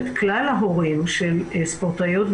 כמובן שנאמר לפרוטוקול כמו תמיד, שתיערך התייעצות.